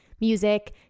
music